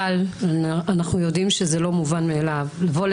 פנינה תמנו (יו"ר הוועדה